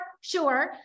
sure